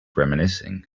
reminiscing